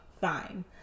fine